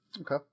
Okay